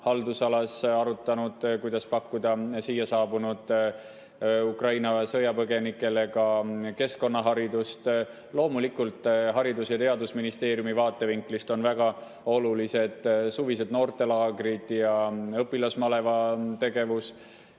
haldusalas arutanud, kuidas pakkuda siia saabunud Ukraina sõjapõgenikele ka keskkonnaharidust. Loomulikult Haridus- ja Teadusministeeriumi vaatevinklist on väga olulised suvised noortelaagrid ja õpilasmaleva tegevus.